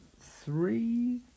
three